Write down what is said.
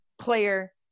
player